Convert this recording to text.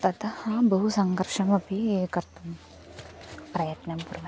ततः बहु सङ्गर्षमपि कर्तुं प्रयत्नं कुर्वन्ति